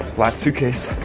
last suitcase.